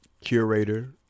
Curator